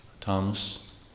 Thomas